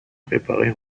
préparé